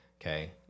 Okay